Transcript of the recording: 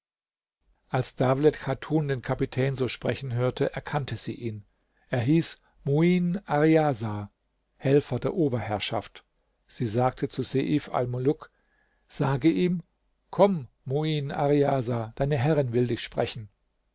als dawlet chatun den kapitän so sprechen hörte erkannte sie ihn er hieß muin arriasah helfer der oberherrschaft sie sagte zu seif almuluk sage ihm komm muin arriasah deine herrin will dich sprechen